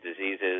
diseases